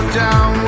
down